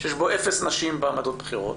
שיש בו אפס נשים בעמדות בכירות.